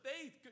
faith